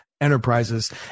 enterprises